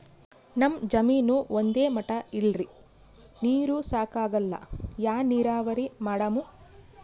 ನಮ್ ಜಮೀನ ಒಂದೇ ಮಟಾ ಇಲ್ರಿ, ನೀರೂ ಸಾಕಾಗಲ್ಲ, ಯಾ ನೀರಾವರಿ ಮಾಡಮು?